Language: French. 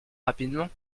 rapidement